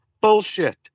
bullshit